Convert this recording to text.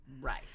Right